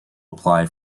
apply